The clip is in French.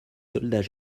soldats